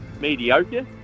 mediocre